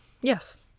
Yes